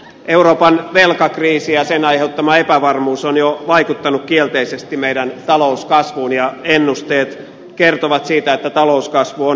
euroopan velkakriisi ja sen aiheuttama epävarmuus ovat jo vaikuttaneet kielteisesti meidän talouskasvuumme ja ennusteet kertovat siitä että talouskasvu on hidastumassa